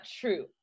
true